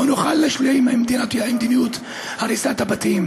לא נוכל להשלים עם מדיניות הריסת הבתים.